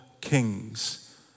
kings